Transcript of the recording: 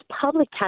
public